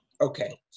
okay